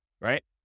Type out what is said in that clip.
Right